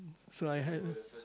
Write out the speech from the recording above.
so I had